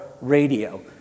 radio